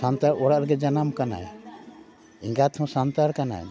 ᱥᱟᱱᱛᱟᱲ ᱚᱲᱟᱜ ᱨᱮᱜᱮ ᱡᱟᱱᱟᱢ ᱟᱠᱟᱱᱟᱭ ᱮᱸᱜᱟᱛ ᱦᱚᱸ ᱥᱟᱱᱛᱟᱲ ᱠᱟᱱᱟᱭ